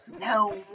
No